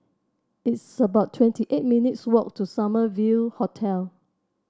it's about twenty eight minutes' walk to Summer View Hotel